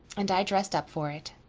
and i dressed up for it.